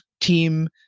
Team